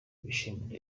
bishimira